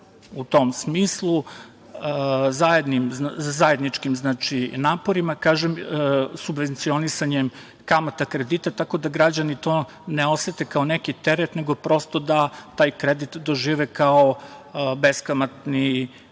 u tom smislu, zajedničkim naporima. Kažem subvencionisanjem kamata kredita, tako da građani to ne osete kao neki teret nego prosto da taj kredit dožive kao beskamatni zajam. Ono